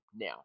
now